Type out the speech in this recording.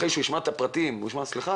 אחרי שהוא ישמע את הפרטים הוא יגיד 'סליחה,